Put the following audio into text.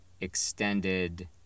extended